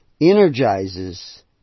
energizes